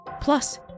Plus